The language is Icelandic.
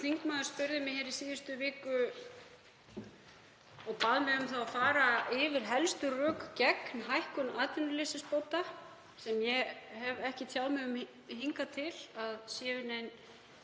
þingmaður spurði mig í síðustu viku og bað mig um að fara yfir helstu rök gegn hækkun atvinnuleysisbóta, sem ég hef ekki tjáð mig um hingað til að séu nein